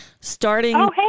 starting